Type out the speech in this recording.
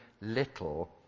little